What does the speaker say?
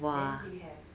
then they have